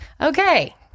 Okay